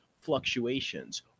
fluctuations